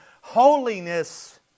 holiness